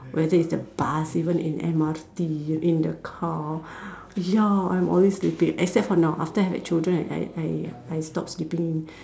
whether it's the bus even in the M_R_T in the car ya I'm always sleeping except for now after I had children I I I stop sleeping